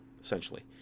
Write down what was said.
essentially